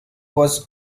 was